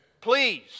Please